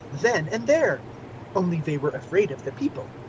then and there only they were afraid of the people.